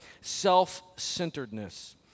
self-centeredness